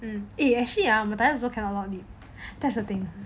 mmhmm actually ah a lot of thing that's the thing